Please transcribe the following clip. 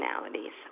personalities